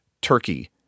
turkey